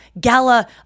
gala